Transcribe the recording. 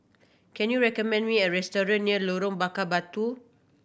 can you recommend me a restaurant near Lorong Bakar Batu